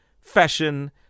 fashion